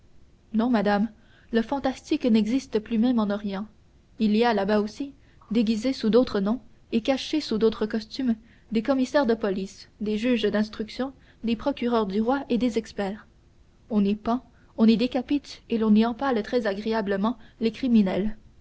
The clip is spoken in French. non madame le fantastique n'existe plus même en orient il y a là-bas aussi déguisés sous d'autres noms et cachés sous d'autres costumes des commissaires de police des juges d'instruction des procureurs du roi et des experts on y pend on y décapite et l'on y empale très agréablement les criminels